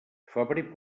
febrer